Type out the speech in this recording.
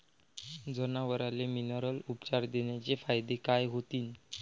जनावराले मिनरल उपचार देण्याचे फायदे काय होतीन?